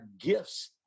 gifts